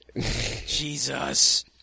Jesus